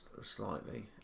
slightly